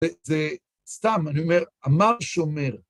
זה סתם, אני אומר, אמר שומר.